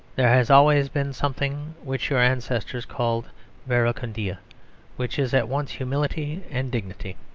there has always been something which your ancestors called verecundia which is at once humility and dignity.